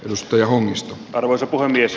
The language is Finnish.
muistoja omista arvoisa puhemies